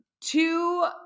two